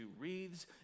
wreaths